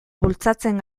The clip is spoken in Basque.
bultzatzen